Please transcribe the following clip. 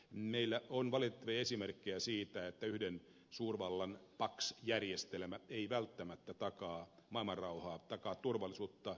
meillä on valitettavia esimerkkejä siitä että yhden suurvallan pax järjestelmä ei välttämättä takaa maailmanrauhaa takaa turvallisuutta